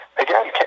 Again